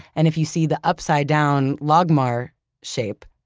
and if you see the upside-down logmar shape,